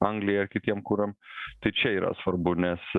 anglijoje kitiem kuram tai čia yra svarbu nes